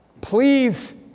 Please